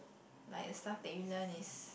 like a stuff they use one is